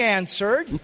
answered